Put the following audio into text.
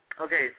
Okay